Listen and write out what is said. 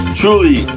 truly